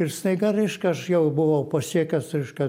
ir staiga reiškia aš jau buvau pasiekęs reiškia